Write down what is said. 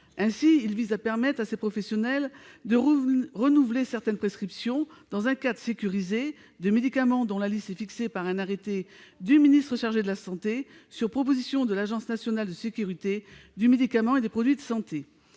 Ainsi, il vise à permettre à ces professionnels, dans un cadre sécurisé, de renouveler certaines prescriptions de médicaments, dont la liste est fixée par un arrêté du ministre chargé de la santé, sur proposition de l'Agence nationale de sécurité du médicament et des produits de santé.